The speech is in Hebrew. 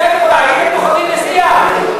הייתם בוחרים נשיאה,